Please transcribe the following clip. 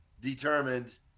determined